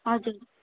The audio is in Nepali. हजुर